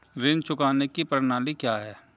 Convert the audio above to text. ऋण चुकाने की प्रणाली क्या है?